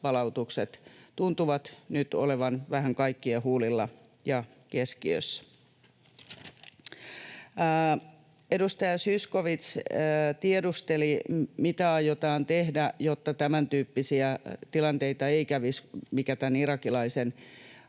palautukset tuntuvat nyt olevan vähän kaikkien huulilla ja keskiössä. Edustaja Zyskowicz tiedusteli, mitä aiotaan tehdä, jotta ei kävisi tämäntyyppisiä tilanteita, mikä tämän irakilaisen